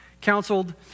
counseled